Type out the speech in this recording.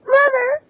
Mother